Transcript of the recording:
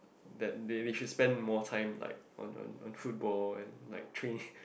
that they should spend more time like on on on football and like training